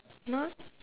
no